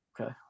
Okay